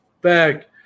back